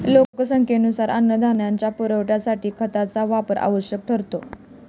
लोकसंख्येनुसार अन्नधान्याच्या पुरवठ्यासाठी खतांचा वापर आवश्यक ठरतो